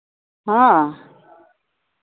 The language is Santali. ᱦᱮᱸ